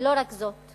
ולא רק זאת,